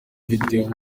video